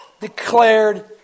declared